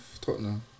Tottenham